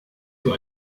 für